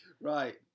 Right